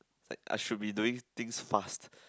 like I should be doing things fast